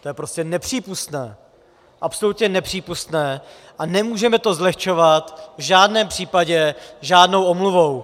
To je prostě nepřípustné, absolutně nepřípustné a nemůžeme to zlehčovat v žádném případě žádnou omluvou.